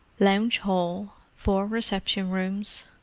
lounge hall, four reception rooms